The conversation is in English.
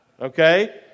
Okay